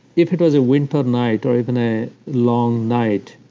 if it was a winter night, or even a long night,